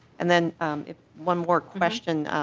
and then one more question.